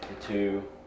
two